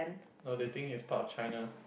no they think it's part of China